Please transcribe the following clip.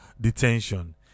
detention